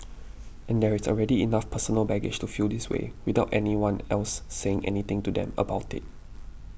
and there is already enough personal baggage to feel this way without anyone else saying anything to them about it